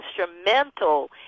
instrumental